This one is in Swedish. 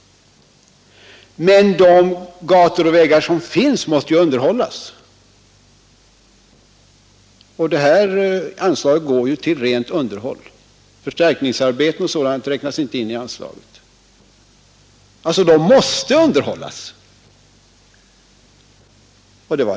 Men de gator och vägar som finns måste ju underhållas, och det anslag det här gäller går ju till rent underhåll. Det får inte användas till förstärkningsarbeten och sådant. Men gator och vägar måste alltid underhållas.